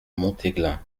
montéglin